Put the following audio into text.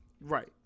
Right